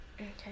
Okay